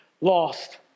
lost